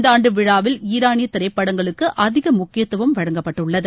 இந்த ஆண்டு விழாவில் ஈரானிய திரைப்படங்களுக்கு அதிக முக்கியத்துவம் வழங்கப்பட்டுள்ளது